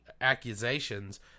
accusations